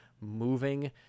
moving